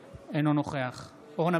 אינו נוכח איתמר בן גביר,